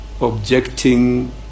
objecting